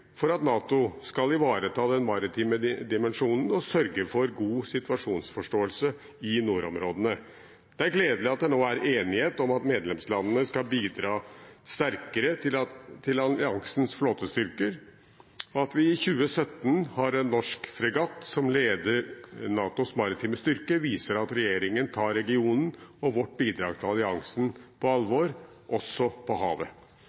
for at NATO skal ivareta den maritime dimensjonen, og sørge for god situasjonsforståelse i nordområdene. Det er gledelig at det nå er enighet om at medlemslandene skal bidra sterkere til alliansens flåtestyrker. At vi i 2017 har en norsk fregatt som leder NATOs maritime styrker, viser at regjeringen tar regionen og vårt bidrag til alliansen på alvor, også på havet.